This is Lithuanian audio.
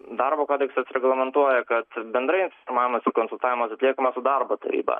darbo kodeksas reglamentuoja kad bendrai informavimas ir konsultavimas atliekamas su darbo taryba